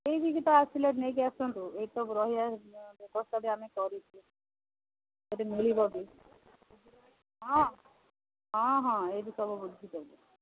ଏଇଠି କି ତ ଆସିଲେ ନେଇକି ଆସନ୍ତୁ ଏହି ତ ରହିବା ବ୍ୟବସ୍ଥା ବି ଆମେ କରୁଛୁ ସେଇଠି ମିଳିବ ହଁ ହଁ ହଁ ଏଇଠି ସବୁ ବୁଝି ଦେବୁ